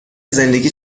زندگی